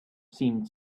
seemed